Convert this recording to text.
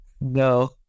No